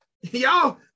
Y'all